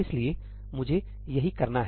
इसलिए मुझे यही करना है